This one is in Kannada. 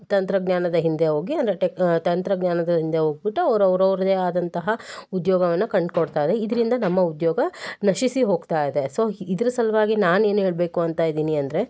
ತಂತ್ರಜ್ಞಾದ ಹಿಂದೆ ಹೋಗಿ ಅಂದರೆ ಟೆಕ್ ತಂತ್ರಜ್ಞಾನದ ಹಿಂದೆ ಹೋಗಿಬಿಟ್ಟು ಅವ್ರು ಅವರವ್ರ್ದೇ ಆದಂತಹ ಉದ್ಯೋಗವನ್ನು ಕಂಡ್ಕೊಳ್ತಾರೆ ಇದರಿಂದ ನಮ್ಮ ಉದ್ಯೋಗ ನಶಿಸಿ ಹೋಗ್ತಾ ಇದೆ ಸೊ ಇದ್ರ ಸಲುವಾಗಿ ನಾನು ಏನು ಹೇಳಬೇಕು ಅಂತ ಇದ್ದೀನಿ ಅಂದರೆ